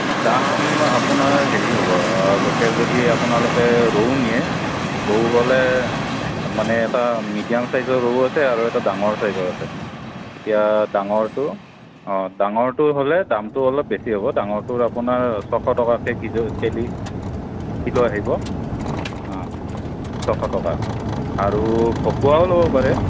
দাম আপোনাৰ হেৰি হ'ব লোকেল যদি আপোনালোকে ৰৌ নিয়ে ৰৌ হ'লে মানে এটা মিডিয়াম চাইজৰ ৰৌ আছে আৰু এটা ডাঙৰ চাইজৰ আছে এতিয়া ডাঙৰটো ডাঙৰটো হ'লে দামটো অলপ বেছি হ'ব ডাঙৰটোৰ আপোনাৰ ছশ টকাকে কিজো কেলি কিলো আহিব ছশ টকা আৰু ভকুৱাও ল'ব পাৰে